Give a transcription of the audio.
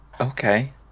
Okay